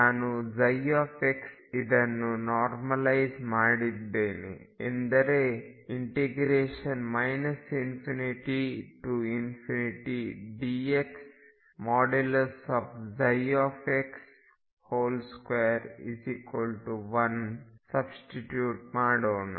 ನಾನು ψ ಇದನ್ನು ನಾರ್ಮಲೈಜ್ ಮಾಡಿದ್ದೇನೆ ಎಂದರೆ ∞ dx ψ21 ಸಬ್ಸ್ಟಿಟ್ಯೂಟ್ ಮಾಡೋಣ